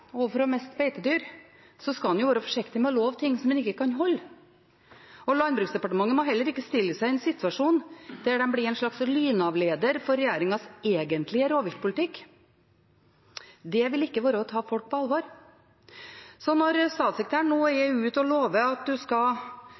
skal en være forsiktig med å love ting man ikke kan holde. Landbruksdepartementet må heller ikke stille seg i en situasjon der de blir en slags lynavleder for regjeringens egentlige rovviltpolitikk. Det vil ikke være å ta folk på alvor. Så når statssekretæren nå er ute og lover at man skal